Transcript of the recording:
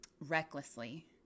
recklessly